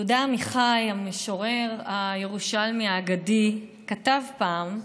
יהודה עמיחי, המשורר הירושלמי האגדי, כתב פעם,